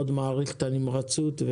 מאוד מעריך את הנמרצות,